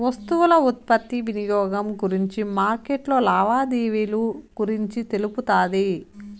వస్తువుల ఉత్పత్తి వినియోగం గురించి మార్కెట్లో లావాదేవీలు గురించి తెలుపుతాది